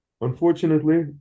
Unfortunately